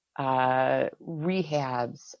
rehabs